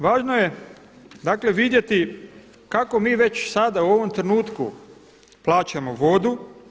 Važno je dakle vidjeti kako mi već sada u ovom trenutku plaćamo vodu.